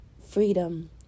freedom